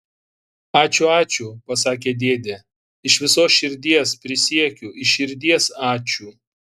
ačiū ačiū pasakė dėdė iš visos širdies prisiekiu iš širdies ačiū